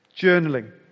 Journaling